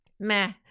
Meh